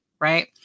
right